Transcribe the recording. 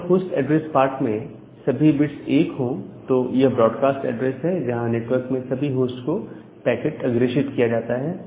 अगर host address part में सभी बिट्स 1 हो तो यह ब्रॉडकास्ट एड्रेस है जहां नेटवर्क में सभी होस्ट को पैकेट अग्रेषित किया जाता है